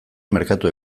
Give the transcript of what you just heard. merkatu